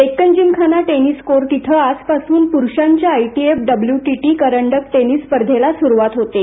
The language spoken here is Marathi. डेक्कन जिमखाना टेनिस कोर्ट येथे आजपासून प्रुषांच्या आयटीएफ डब्लूटीटी करंडक टेनिस स्पर्धेला स्रुवात होत आहे